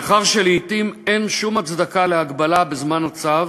מאחר שלעתים אין שום הצדקה להגבלה בזמן הצו,